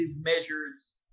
measures